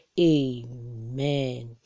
Amen